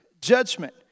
judgment